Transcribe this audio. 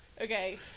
Okay